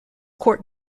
court